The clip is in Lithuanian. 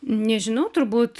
nežinau turbūt